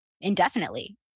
indefinitely